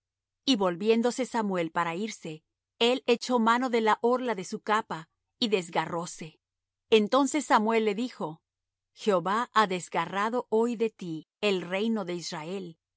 y volviéndose samuel para irse él echó mano de la orla de su capa y desgarróse entonces samuel le dijo jehová ha desgarrado hoy de ti el reino de israel